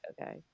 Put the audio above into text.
okay